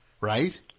Right